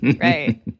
right